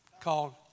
called